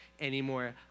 anymore